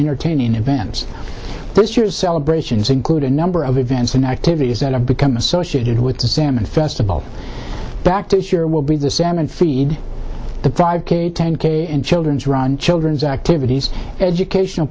entertaining events this year's celebrations include a number of events and activities that have become associated with the salmon festival back to this year will be the salmon feed the five k ten k in children's run children's activities educational